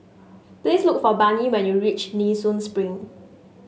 please look for Barnie when you reach Nee Soon Spring